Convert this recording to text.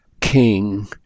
King